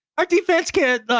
our defense kit,